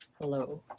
hello